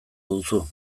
duzu